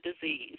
disease